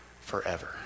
forever